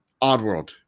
Oddworld